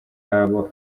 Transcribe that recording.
abo